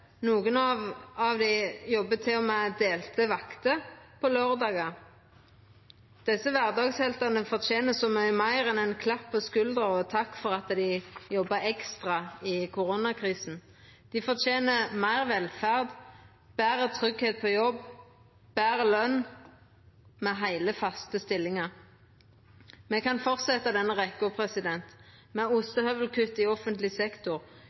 av dei jobbar til og med delte vakter på laurdagar. Desse kvardagsheltane fortener så mykje meir enn ein klapp på skuldra og takk for at dei jobba ekstra i koronakrisa. Dei fortener meir velferd, betre tryggleik på jobb, betre løn med heile, faste stillingar. Me kan fortsetja denne rekkja – med ostehøvelkutt i offentleg sektor,